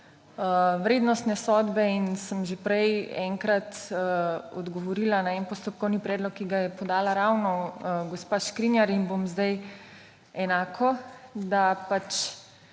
vrednostne sodbe. In sem že prej enkrat odgovorila na en postopkovni predlog, ki ga je podala ravno gospa Škrinjar, in bom zdaj enako, da v